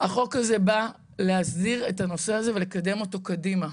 החוק הזה בא להסדיר את הנושא הזה ולקדם אותו קדימה.